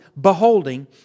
beholding